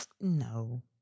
no